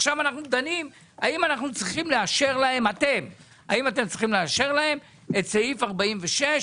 עכשיו אנחנו דנים האם אתם צריכים לאשר להם את סעף 46,